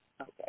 Okay